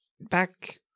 back